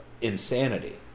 insanity